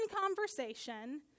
conversation